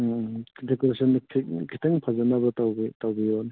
ꯎꯝ ꯎꯝ ꯗꯦꯀꯣꯔꯦꯁꯟꯗꯨ ꯈꯤꯇꯪ ꯐꯖꯅꯕ ꯇꯧꯕꯤꯌꯨꯅꯦ